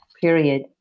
period